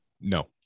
No